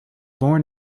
born